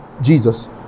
Jesus